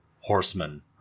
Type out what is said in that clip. horsemen